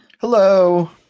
Hello